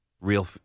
Real